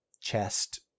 chest